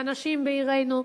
אנשים בעירנו,